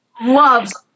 loves